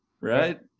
Right